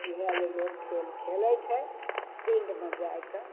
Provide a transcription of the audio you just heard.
इएह लए लोग खेल खेलय छै फील्डमे जा कऽ